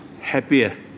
happier